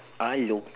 hello